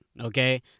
okay